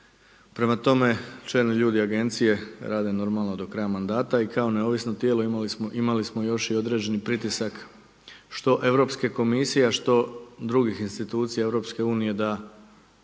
Prema tome, čelni ljudi Agencije rade normalno do kraja mandata i kao neovisno tijelo imali smo još i određeni pritisak što Europske komisije, a što drugih institucija Europske unije da